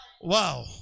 Wow